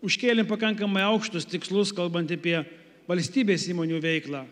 užkėlėm pakankamai aukštus tikslus kalbant apie valstybės įmonių veiklą